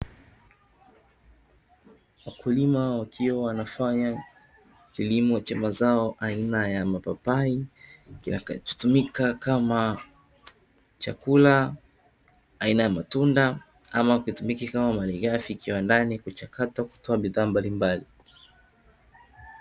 Wakulima wakiwa wanafanya kilimo cha mazao aina ya mapapai, kinachotumika kama chakula aina ya matunda, ama kitumike kama malighafi kiwandani kuchakatwa kutoa bidhaa mbalimbali.